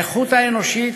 האיכות האנושית,